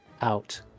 out